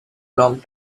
long